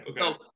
Okay